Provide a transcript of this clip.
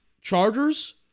Chargers